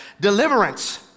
deliverance